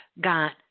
got